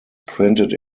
printed